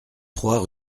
trois